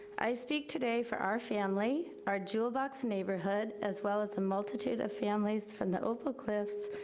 i speak today for our family, our jewel box neighborhood, as well as the multitude of families from the oak hill cliffs,